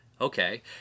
okay